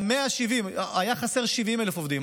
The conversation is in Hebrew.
היו חסרים 70,000 עובדים.